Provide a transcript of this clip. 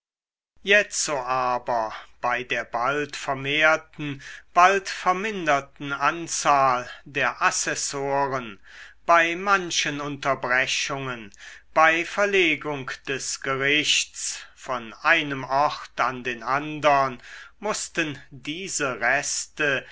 jetzo aber bei der bald vermehrten bald verminderten anzahl der assessoren bei manchen unterbrechungen bei verlegung des gerichts von einem ort an den andern mußten diese reste